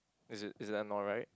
is it is it I'm not right